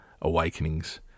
awakenings